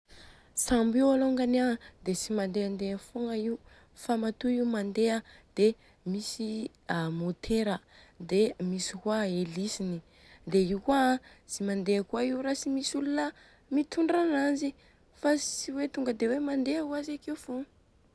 Sambo io alôngany an dia tsy mandehandea fogna io. Fa matoa io mandeha dia misy môtera dia misy kôa elisiny dia io kôa an. Dia io kôa an tsy mandeha fogna io raha tsy misy olona mitondra ananjy dia fa tsy tonga dia hoe mandeha ho azy akeo fogna.